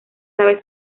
sabe